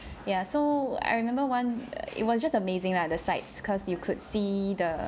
ya so I remember one it was just amazing lah the sites cause you could see the